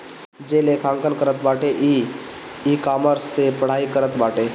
जे लेखांकन करत बाटे उ इकामर्स से पढ़ाई करत बाटे